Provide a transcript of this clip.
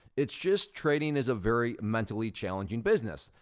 it's just trading is a very mentally challenging business,